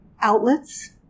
Outlets